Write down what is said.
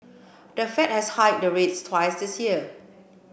the Fed has hiked the rates twice this year